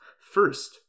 First